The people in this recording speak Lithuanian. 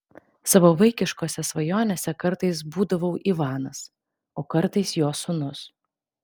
savo vaikiškose svajonėse kartais būdavau ivanas o kartais jo sūnus